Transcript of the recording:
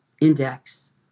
index